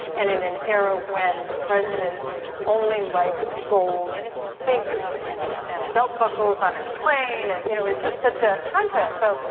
and in an era when the president only likes gold sinks and, and belt buckles on his plane and, you know, he's just such a contrast. so,